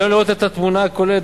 עלינו לראות את התמונה הכוללת,